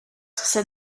said